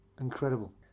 Incredible